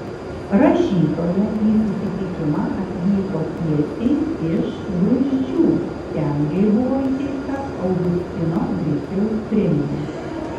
rašytoja į susitikimą atvyko tiesiai iš gruzdžių ten jai buvo įteikta augustino griciaus premija